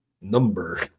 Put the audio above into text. number